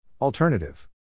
Alternative